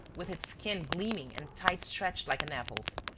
with its skin gleaming and tight-stretched like an apple's,